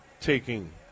taking